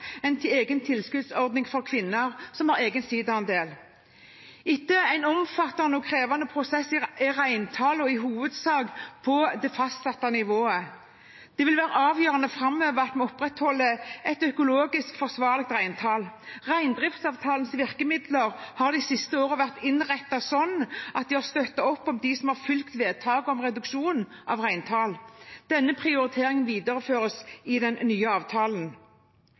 etableres en egen tilskuddsordning for kvinner som har egen sidaandel. Etter en omfattende og krevende prosess er reintallene i hovedsak på det fastsatte nivået. Det vil være avgjørende framover at vi opprettholder et økologisk forsvarlig reintall. Reindriftsavtalens virkemidler har de siste årene vært innrettet sånn at de har støttet opp om dem som har fulgt vedtakene om reduksjon av reintall. Denne prioriteringen videreføres i den nye avtalen.